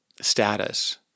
status